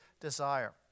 desire